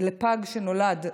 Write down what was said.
שנולד פג.